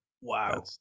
Wow